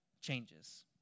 changes